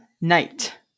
night